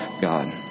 God